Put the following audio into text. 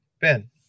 Ben